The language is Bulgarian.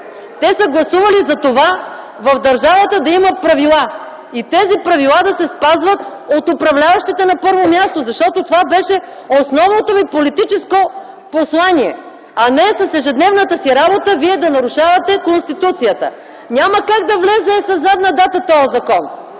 Те са гласували за това в държавата да има правила и тези правила да се спазват от управляващите, на първо място, защото това беше основното ви политическо послание! А не с ежедневната си работа вие да нарушавате Конституцията! Няма как да влезе със задна дата този закон!